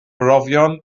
brofion